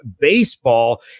baseball